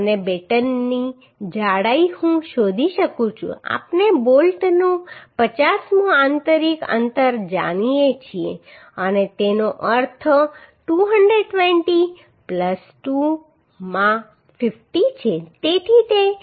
અને બેટનની જાડાઈ હું શોધી શકું છું કે આપણે બોલ્ટનું પચાસમું આંતરિક અંતર જાણીએ છીએ અને તેનો અર્થ 220 2 માં 50 છે તેથી તે 6